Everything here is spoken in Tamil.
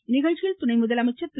இந்நிகழ்ச்சியில் துணை முதலமைச்சர் திரு